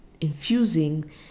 infusing